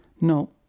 no